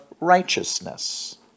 righteousness